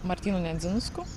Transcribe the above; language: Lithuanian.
martynu nedzinsku